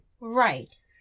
right